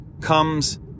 comes